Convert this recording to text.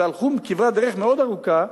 והלכו כברת דרך מאוד ארוכה,